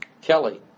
Kelly